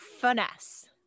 finesse